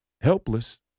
helpless